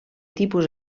tipus